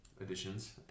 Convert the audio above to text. additions